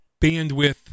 bandwidth